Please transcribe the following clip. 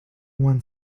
one